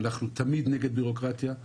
אנחנו תמיד נגד בירוקרטיה,